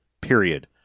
Period